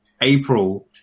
April